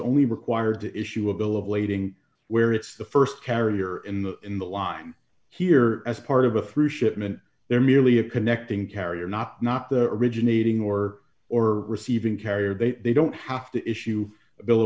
only required to issue a bill of lading where it's the st carrier in the in the line here as part of a through shipment they're merely a connecting carrier not not the originating or or receiving carrier they they don't have to issue